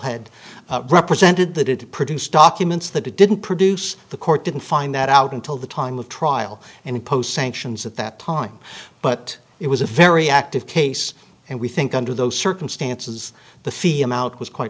had represented that it to produce documents that it didn't produce the court didn't find that out until the time of trial and imposed sanctions at that time but it was a very active case and we think under those circumstances the fee amount was quite